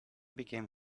became